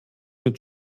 mit